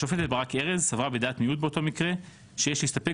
השופטת ברק ארז סברה בדעת מיעוט באותו מקרה כי יש להסתפק